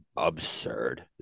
absurd